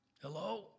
Hello